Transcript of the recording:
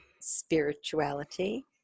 spirituality